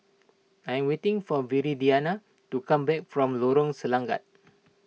I'm waiting for Viridiana to come back from Lorong Selangat